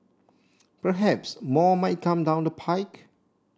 perhaps more might come down the pike